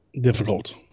difficult